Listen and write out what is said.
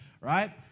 right